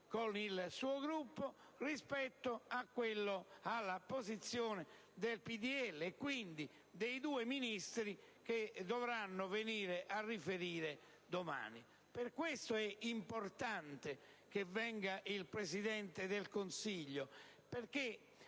con il suo Gruppo rispetto alla posizione del PdL e quindi dei due Ministri che domani dovranno venire a riferire. Per questo è importante che venga il Presidente del Consiglio, perché